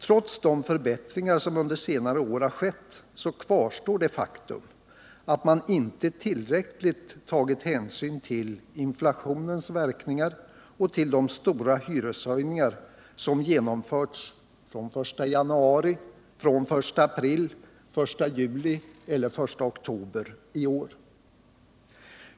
Trots de förbättringar som under senare år har skett så kvarstår det faktum att man inte tillräckligt tagit hänsyn till inflationens verkningar och till de stora hyreshöjningar som genomförts från den 1 januari, den 1 april, den 1 juli eller den 1 oktober i år.